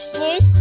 news